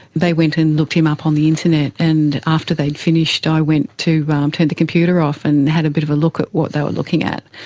they went and looked him up on the internet. and after they'd finished i went to um turn and the computer off and had a bit of a look at what they were looking at,